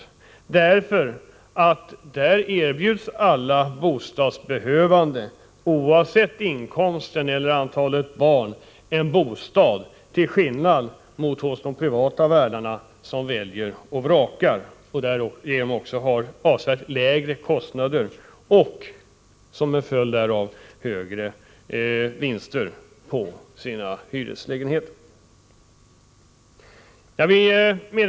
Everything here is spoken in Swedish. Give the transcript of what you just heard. Inom allmännyttan erbjuds alla bostadssökande, oavsett inkomsten eller antalet barn, en bostad, till skillnad mot vad som är fallet hos de privata värdarna, som kan välja och vraka och därigenom också får avsevärt lägre kostnader och som en följd därav högre vinster på sina hyreslägenheter.